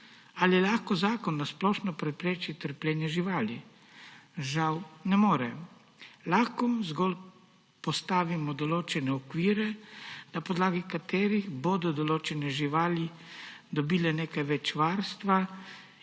Ali lahko zakon na splošno prepreči trpljenje živali? Žal ne more. Lahko zgolj postavimo določene okvire, na podlagi katerih bodo določene živali dobile nekaj več varstva,